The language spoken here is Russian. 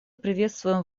приветствуем